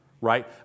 right